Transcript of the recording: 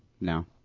no